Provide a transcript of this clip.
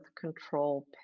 control